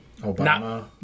Obama